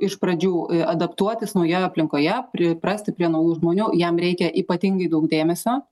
iš pradžių adaptuotis naujoj aplinkoje priprasti prie naujų žmonių jam reikia ypatingai daug dėmesio